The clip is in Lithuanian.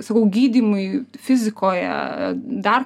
sakau gydymui fizikoje dar